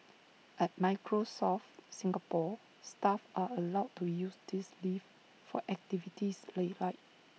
at Microsoft Singapore staff are allowed to use this leave for activities they like